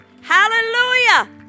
Hallelujah